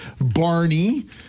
Barney